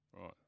Right